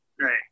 right